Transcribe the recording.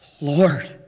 Lord